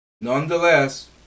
nonetheless